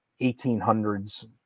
1800s